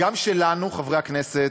גם שלנו, חברי הכנסת,